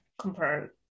compare